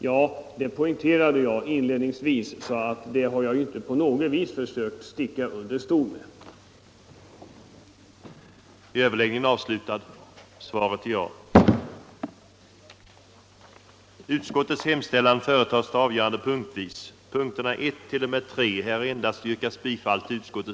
Jag vill svara honom att jag redan inledningsvis har poängterat detta; det har jag således inte på något vis försökt sticka under stol med.